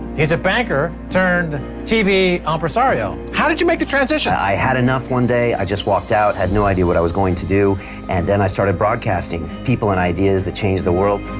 he's a banker turned tv impresario. how did you make the transition? i had enough one day, i just walked out, had no idea what i was going to do and then i started broadcasting people and ideas that changed the world.